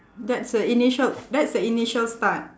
that's a initial that's the initial start